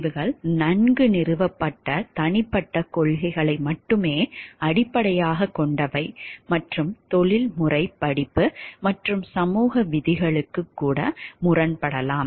முடிவுகள் நன்கு நிறுவப்பட்ட தனிப்பட்ட கொள்கைகளை மட்டுமே அடிப்படையாகக் கொண்டவை மற்றும் தொழில்முறை படிப்பு மற்றும் சமூக விதிகளுக்கு கூட முரண்படலாம்